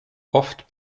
oft